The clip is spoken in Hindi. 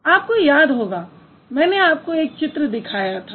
आपको याद होगा मैंने आपको एक चित्र दिखाया था